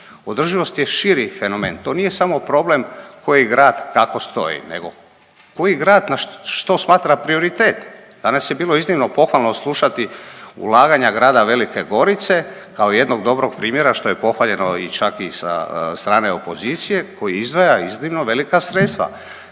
Održivost je širi fenomen, to nije samo problem koji grad kako stoji nego koji grad na što smatra prioritet. Danas je bilo iznimno pohvalno slušati ulaganja Grada Velike Gorice kao jednog dobrog primjera što je pohvaljeno čak i sa strane opozicije koji izdvaja iznimno velika sredstva.